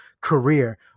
career